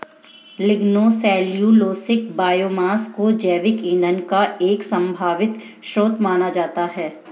lignocellulosic biomass को जैव ईंधन का एक संभावित स्रोत माना जाता है